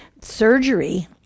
surgery